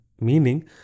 meaning